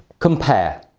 compare